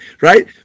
Right